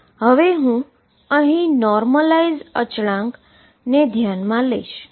હવે અહી હું નોર્મલાઈઝેશન કોન્સટન્ટ ને ધ્યાનમા લઈશ નહી